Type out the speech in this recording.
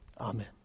Amen